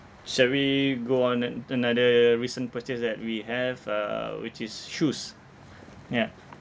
shall we go on an~ another recent purchase that we have uh which is shoes ya